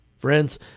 Friends